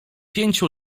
pięciu